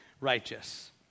righteous